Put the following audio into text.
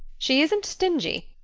she isn't stingy.